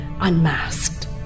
unmasked